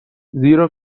زیرا